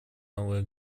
новое